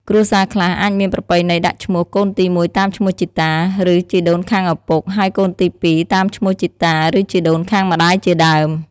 គ្រួសារខ្លះអាចមានប្រពៃណីដាក់ឈ្មោះកូនទីមួយតាមឈ្មោះជីតា ឬជីដូនខាងឪពុក ហើយកូនទីពីរតាមឈ្មោះជីតា ឬជីដូនខាងម្តាយជាដើម។